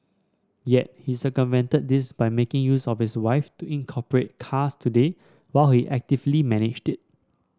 yet he circumvented this by making use of his wife to incorporate Cars Today while he actively managed it